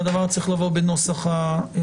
והדבר צריך לבוא בנוסח הסעיף.